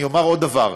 אני אומר עוד דבר: